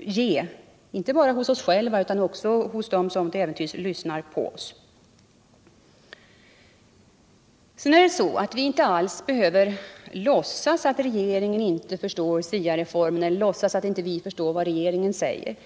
ge, inte bara hos oss själva utan också hos dem som till äventyrs lyssnar på oss. Socialdemokraterna behöver inte alls låtsas att regeringen inte förstår SIA - reformen eller att vi inte förstår vad regeringen säger.